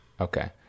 Okay